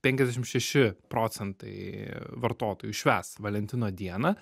penkiasdešim šeši procentai vartotojų švęs valentino dieną